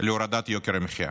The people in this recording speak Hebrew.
להורדת יוקר המחיה.